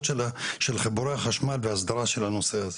של חיבורי החשמל והסדרה של הנושא הזה.